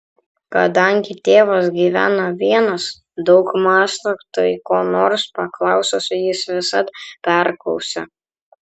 kadangi tėvas gyvena vienas daug mąsto tai ko nors paklausus jis visad perklausia